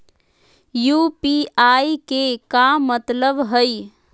UPI के का मतलब हई?